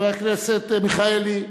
חבר הכנסת מיכאלי.